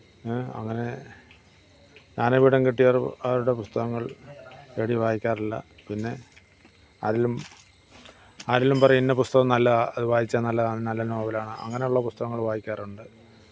അങ്ങനെ ജ്ഞാനപീഠം കിട്ടിയവര് അവരുടെ പുസ്തകങ്ങള് തേടി വായിക്കാറില്ല പിന്നെ ആരെങ്കിലും ആരെങ്കിലും പറയും ഇന്ന പുസ്തകം നല്ലതാണ് അത് വായിച്ചാൽ നല്ലതാണ് നല്ല നോവലാണ് അങ്ങനെയുള്ള പുസ്തകങ്ങള് വായിക്കാറുണ്ട്